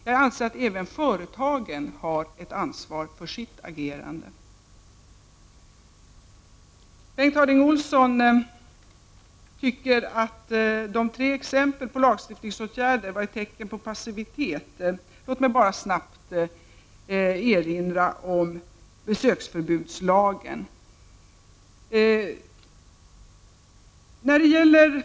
Jag anser att även företagen har ett ansvar för sitt agerande Bengt Harding Olson anser att de tre exemplen på lagstiftningsåtgärder var ett tecken på passitivitet. Låt mig bara snabbt erinra om besöksförbudslagen.